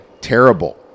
terrible